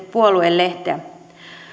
puoluelehteä